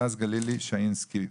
הדס גלילי שאינסקי,